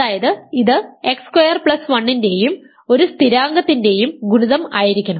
അതായത് ഇത് x square plus 1 ൻറെയും ഒരു സ്ഥിരാങ്കത്തിൻറെയും ഗുണിതം ആയിരിക്കണം